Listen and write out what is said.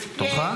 תורך?